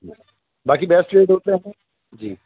باقی بیسٹ جی